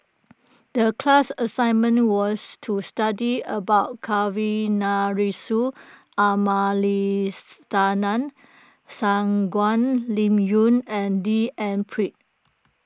the class assignment was to study about Shangguan Liuyun and D N Pritt